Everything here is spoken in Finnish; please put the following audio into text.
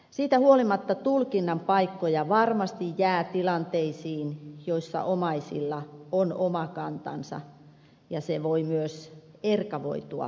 siitä huolimatta tulkinnan paikkoja varmasti jää tilanteisiin joissa omaisilla on oma kantansa ja se voi myös erkavoitua omaisten kesken